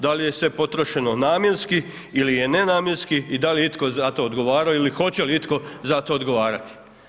Da li je sve potrošeno namjenski ili je nenamjenski i da li je itko za to odgovarao ili hoće li itko za to odgovarati.